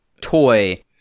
toy